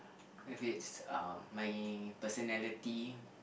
if it's uh my personality